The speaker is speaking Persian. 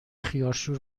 خیارشور